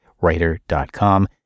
writer.com